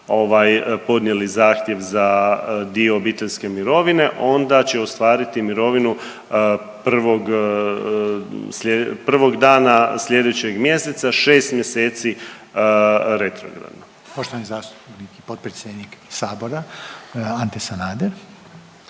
podnijeli zahtjev za dio obiteljske mirovine onda će ostvariti mirovinu prvog, prvog dana slijedećeg mjeseca, 6 mjeseci retrogradno. **Reiner, Željko (HDZ)** Poštovani zastupnik i potpredsjednik sabora Ante Sanader.